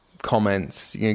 comments